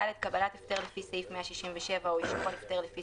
קבלת הפטר לפי סעיף 167 או אישור על הפטר לפי